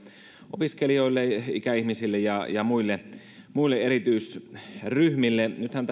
opiskelijoille ikäihmisille ja ja muille muille erityisryhmille nythän